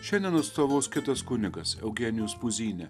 šiandien atstovaus kitas kunigas eugenijus puzynė